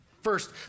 First